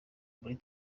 muri